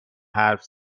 حرف